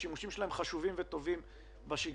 שהשימושים שלה הם חשובים וטובים בשגרה,